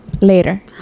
Later